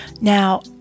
Now